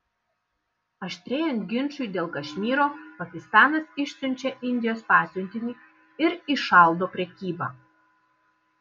aštrėjant ginčui dėl kašmyro pakistanas išsiunčia indijos pasiuntinį ir įšaldo prekybą